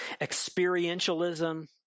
experientialism